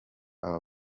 aba